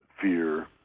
fear